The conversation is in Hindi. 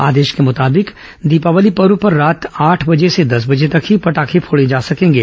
आदेश के मुताबिंक दीपावली पर्व पर रात्रि आठ बजे से दस बजे तक ही पटाखे फोड़े जा सकेंगे